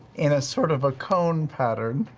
in a sort of a cone pattern.